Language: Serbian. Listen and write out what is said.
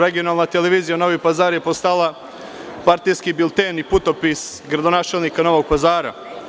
Regionalna televizija Novi Pazar je postala partijski bilten i putopis gradonačelnika Novog Pazara.